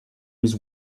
with